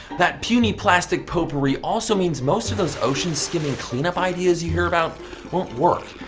that puny plastic potpourri also means most of those ocean-skimming cleanup ideas you hear about won't work,